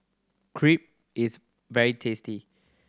crepe is very tasty